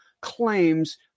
claims